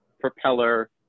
propeller